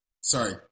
Sorry